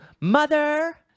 mother